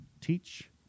teach